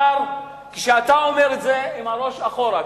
כשאתה עומד עם הראש אחורה,